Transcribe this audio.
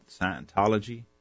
Scientology